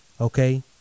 okay